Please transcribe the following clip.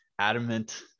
adamant